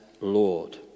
Lord